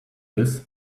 this